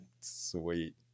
Sweet